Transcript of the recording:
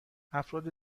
افراد